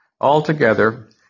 Altogether